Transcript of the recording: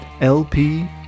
LP